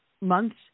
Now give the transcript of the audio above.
months